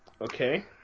Okay